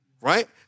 right